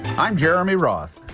i'm jeremy roth.